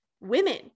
women